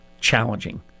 challenging